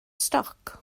stoc